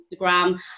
instagram